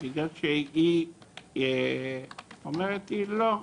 בגלל שהיא אומרת לי "לא.